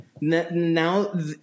now